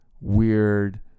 weird